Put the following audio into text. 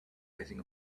rising